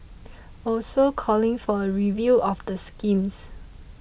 also calling for a review of the schemes